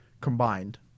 combined